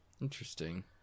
Interesting